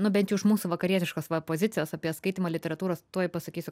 nu bent jau iš mūsų vakarietiškos pozicijos apie skaitymą literatūros tuoj pasakysiu